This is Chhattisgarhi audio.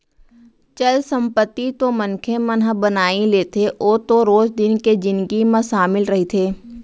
चल संपत्ति तो मनखे मन ह बनाई लेथे ओ तो रोज दिन के जिनगी म सामिल रहिथे